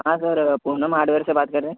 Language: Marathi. हां सर पूनम हार्डवेअरसे बात कर रहे है